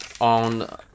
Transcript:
on